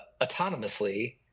autonomously